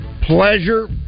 pleasure